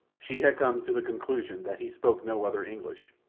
she had come to the conclusion that he spoke no other english,